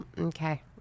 Okay